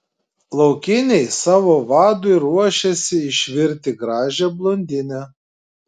laukiniai savo vadui ruošiasi išvirti gražią blondinę